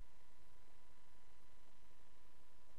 אם